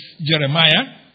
Jeremiah